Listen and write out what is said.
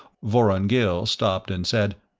vorongil stopped and said,